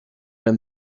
him